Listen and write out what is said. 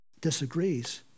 disagrees